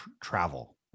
travel